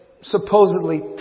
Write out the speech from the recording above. supposedly